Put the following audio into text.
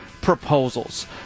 proposals